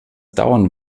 dauern